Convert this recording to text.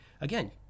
again